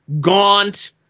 gaunt